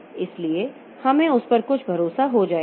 इसलिए हमें उस पर कुछ भरोसा हो जाएगा